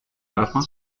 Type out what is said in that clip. arma